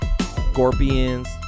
scorpions